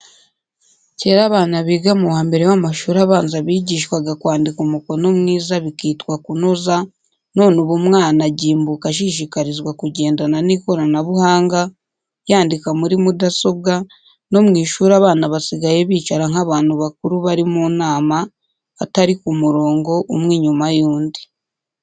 Kera abana biga mu wa mbere w'amashuri abanza bigishwaga kwandika umukono mwiza, bikitwa kunoza, none ubu umwana agimbuka ashishikarizwa kugendana n'ikoranabuhanga, yandika muri mudasobwa, no mu ishuri abana basigaye bicara nk'abantu bakuru bari mu nama, atari ku murongo, umwe inyuma y'undi.